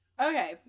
Okay